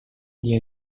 dia